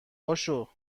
پاشو